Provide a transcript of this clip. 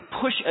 push